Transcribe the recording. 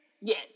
Yes